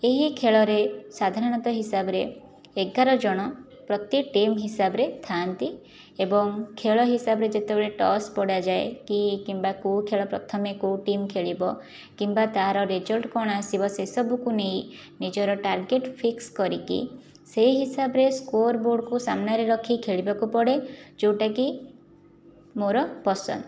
ଏହି ଖେଳରେ ସାଧାରଣତଃ ହିସାବରେ ଏଗାରଜଣ ପ୍ରତି ଟିମ୍ ହିସାବରେ ଥାଆନ୍ତି ଏବଂ ଖେଳ ହିସାବରେ ଯେତେବଳେ ଟସ୍ ପଡାଯାଏ କି କିମ୍ବା କେଉଁ ଖେଳ ପ୍ରତି ପ୍ରଥମେ କେଉଁ ଟିମ୍ ଖେଳିବ କିମ୍ବା ତା'ର ରେଜଲ୍ଟ କ'ଣ ଆସିବ ସେସବୁକୁ ନେଇ ନିଜର ଟାର୍ଗେଟ ଫିକ୍ସ କରିକି ସେଇ ହିସାବରେ ସ୍କୋର ବୋର୍ଡ଼କୁ ସାମନାରେ ରଖି ଖେଳିବାକୁ ପଡ଼େ ଯେଉଁଟାକି ମୋର ପସନ୍ଦ